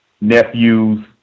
nephews